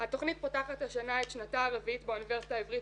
התכנית פותחת השנה את שנתה הרביעית באוניברסיטה העברית